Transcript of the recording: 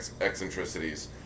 eccentricities